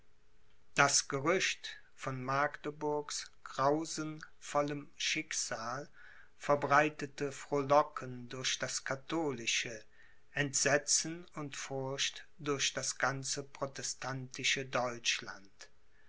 das gerücht von magdeburgs grausenvollem schicksal verbreitete frohlocken durch das katholische entsetzen und furcht durch das ganze protestantische deutschland